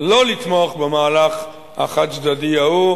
לא לתמוך במהלך החד-צדדי ההוא,